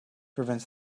prevents